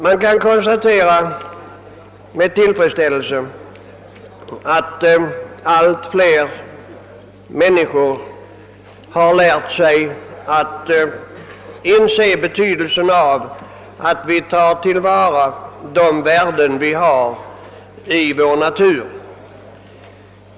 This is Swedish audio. Man kan med tillfredsställelse konstatera att allt fler människor har börjat inse betydelsen av att tillvarata de värden vi har i vår natur.